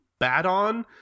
Badon